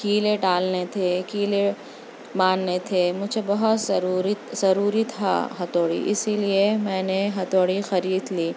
کیلیں ڈالنے تھے کیلیں مارنے تھے مجھے بہت ضروری ضروری تھا ہتھوڑی اسی لئے میں نے ہتھوڑی خرید لی